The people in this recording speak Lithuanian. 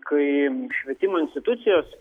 kai švietimo institucijos